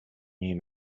new